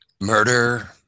Murder